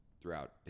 throughout